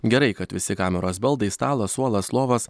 gerai kad visi kameros baldai stalas suolas lovos